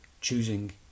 choosing